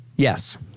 Yes